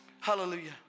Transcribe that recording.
Hallelujah